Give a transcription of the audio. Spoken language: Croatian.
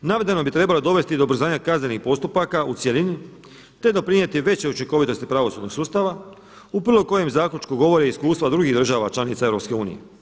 Navedeno bi trebalo dovesti do ubrzanja kaznenih postupaka u cjelini, te doprinijeti većoj učinkovitosti pravosudnog sustava u prilog kojem zaključku govori iskustva drugih država članica EU.